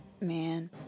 Man